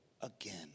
again